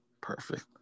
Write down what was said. perfect